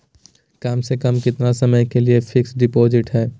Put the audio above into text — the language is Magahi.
कम से कम कितना समय के लिए फिक्स डिपोजिट है?